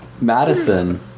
Madison